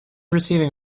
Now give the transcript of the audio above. receiving